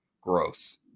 gross